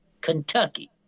Kentucky